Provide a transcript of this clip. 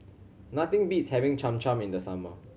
nothing beats having Cham Cham in the summer